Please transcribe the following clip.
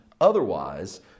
Otherwise